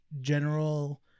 general